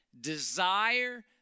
Desire